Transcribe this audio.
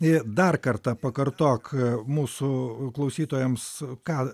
i dar kartą pakartok mūsų klausytojams ką